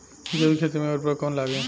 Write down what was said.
जैविक खेती मे उर्वरक कौन लागी?